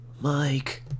Mike